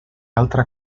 altra